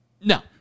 No